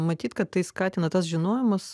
matyt kad tai skatina tas žinojimas